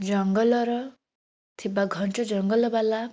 ଜଙ୍ଗଲର ଥିବା ଘଞ୍ଚ ଜଙ୍ଗଲବାଲା